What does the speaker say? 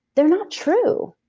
they're not true.